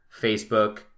Facebook